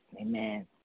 Amen